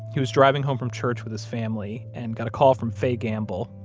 he was driving home from church with his family and got a call from faye gamble,